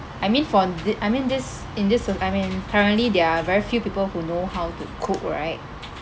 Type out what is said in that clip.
I mean for thi~ I mean this in this so~ I mean currently there are very few people who know how to cook right